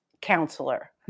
counselor